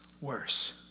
worse